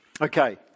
okay